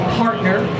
partner